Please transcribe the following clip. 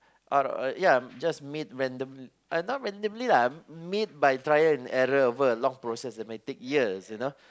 out of ya just made random not randomly lah made by trial and error for a long process which may take years you know